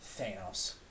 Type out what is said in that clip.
Thanos